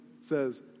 says